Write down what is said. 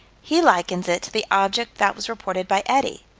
he likens it to the object that was reported by eddie.